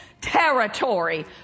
territory